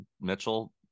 Mitchell